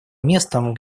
местом